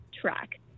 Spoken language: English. track